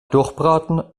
durchbraten